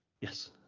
Yes